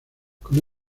con